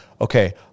okay